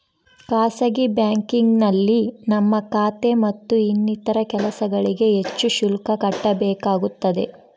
ಖಾಸಗಿ ಬ್ಯಾಂಕಿಂಗ್ನಲ್ಲಿ ನಮ್ಮ ಖಾತೆ ಮತ್ತು ಇನ್ನಿತರ ಕೆಲಸಗಳಿಗೆ ಹೆಚ್ಚು ಶುಲ್ಕ ಕಟ್ಟಬೇಕಾಗುತ್ತದೆ